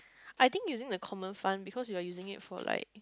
I think using the common fund because you're using it for like